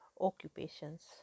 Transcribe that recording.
occupations